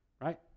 right